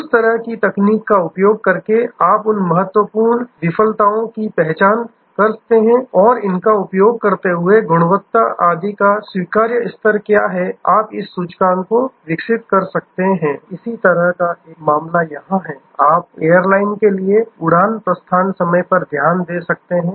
उस तरह की तकनीक का उपयोग करके आप उन महत्वपूर्ण विफलता बिंदुओं की पहचान करते हैं और इसका उपयोग करते हुए गुणवत्ता आदि का स्वीकार्य स्तर क्या है आप इस सूचकांक को विकसित कर सकते हैं इसी तरह का एक मामला यहां है आप एयरलाइन के लिए उड़ान प्रस्थान समय पर ध्यान दे सकते हैं